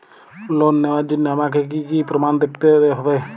Loan নেওয়ার জন্য আমাকে কী কী প্রমাণ দেখতে হবে?